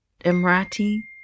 Emirati